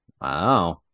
Wow